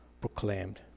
proclaimed